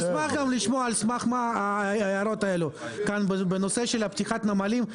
נשמח לשמוע על סמך מה ההערות האלה בנושא פתיחת הנמלים,